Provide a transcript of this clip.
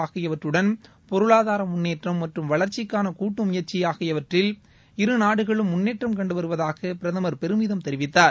ஆகியவற்றடன் பொருளாதார முன்னேற்றம் மற்றும் வளர்ச்சிக்காள கூட்டு முயற்சி ஆகியவற்றில் இருநாடுகளும் முன்னேற்றம் கண்டுவருவதாக பிரதமர் பெருமிதம் தெரிவித்தார்